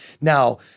Now